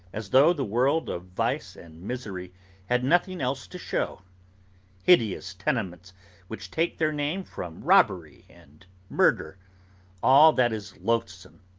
as though the world of vice and misery had nothing else to show hideous tenements which take their name from robbery and murder all that is loathsome,